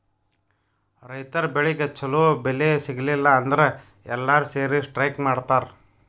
ರೈತರ್ ಬೆಳಿಗ್ ಛಲೋ ಬೆಲೆ ಸಿಗಲಿಲ್ಲ ಅಂದ್ರ ಎಲ್ಲಾರ್ ಸೇರಿ ಸ್ಟ್ರೈಕ್ ಮಾಡ್ತರ್